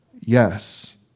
Yes